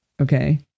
okay